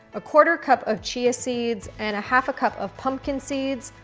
a quarter cup of chia seeds, and a half a cup of pumpkin seeds,